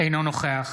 אינו נוכח